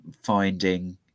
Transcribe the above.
finding